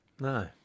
No